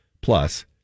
plus